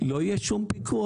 לא יהיה כל פיקוח.